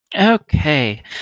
Okay